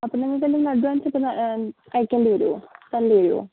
അപ്പം നമ്മൾക്ക് എന്തെങ്കിലും അഡ്വാൻസ് ഇപ്പം അയക്കേണ്ടിവരുവോ തരേണ്ടിവരുവോ